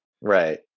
Right